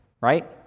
right